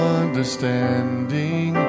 understanding